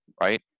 right